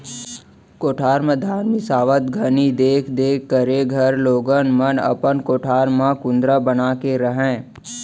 कोठार म धान मिंसावत घनी देख देख करे घर लोगन मन अपन कोठारे म कुंदरा बना के रहयँ